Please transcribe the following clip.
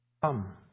Come